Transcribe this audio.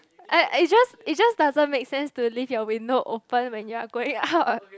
I it just it just doesn't make sense to leave your window open when you are going out